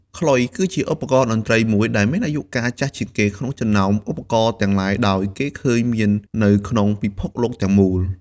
ខ្លុយគឺជាឧបករណ៍តន្ត្រីមួយដែលមានអាយុកាលចាស់ជាងគេក្នុងចំណោមឧបករណ៍ទាំងឡាយដោយគេឃើញមាននៅក្នុងពិភពលោកទាំងមូល។